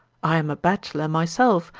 i am a bachelor myself,